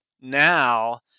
now